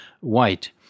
white